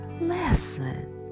listen